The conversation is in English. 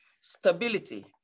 stability